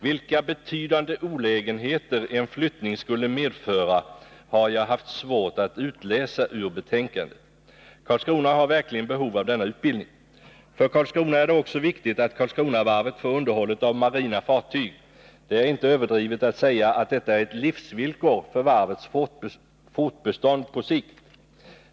Vilka betydande olägenheter en flyttning skulle medföra har jag haft svårt att utläsa ur betänkandet: Karlskrona har verkligen behov av denna utbildning. För Karlskrona är det också viktigt att Karlskronavarvet får hand om underhållet av marina fartyg. Det är inte överdrivet att säga att detta är ett livsvillkor för varvets fortbestånd på sikt.